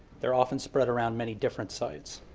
they're often spread around many different sites.